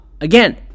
again